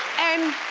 and